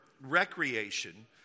recreation